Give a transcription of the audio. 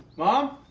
mom?